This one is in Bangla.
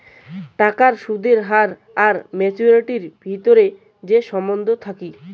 টাকার সুদের হার আর মাচুয়ারিটির ভিতরে যে সম্বন্ধ থাকি